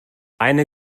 eine